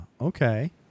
okay